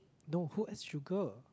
no who add sugar